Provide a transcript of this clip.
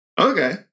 okay